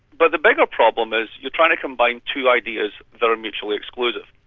but the bigger problem is you're trying to combine two ideas that are mutually exclusive.